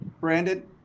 Brandon